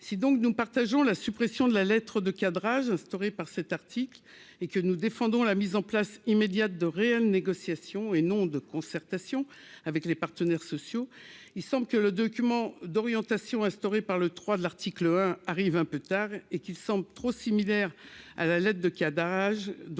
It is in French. si donc nous partageons la suppression de la lettre de cadrage instaurée par cet article et que nous défendons la mise en place immédiate de réelles négociations et non de concertation avec les partenaires sociaux, il semble que le document d'orientation, instaurée par le 3 de l'article 1 arrive un peu tard et qu'ils sont trop similaires à la l'aide de âge donc